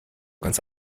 ganz